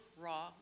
raw